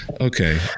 Okay